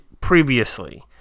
previously